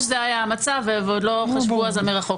זה היה המצב ועוד לא חשבו אז על מרחוק.